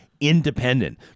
independent